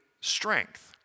strength